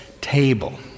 table